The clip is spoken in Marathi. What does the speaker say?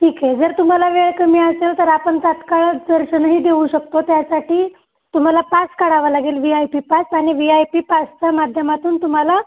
ठीक आहे जर तुम्हाला वेळ कमी असेल तर आपण तात्काळ दर्शनंही देऊ शकतो त्यासाठी तुम्हाला पास काढावं लागेल वी आय पी पास आणि वी आय पी पास पासच्या माध्यमातून तुम्हाला